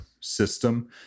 system